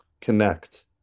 connect